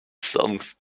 songs